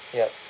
ya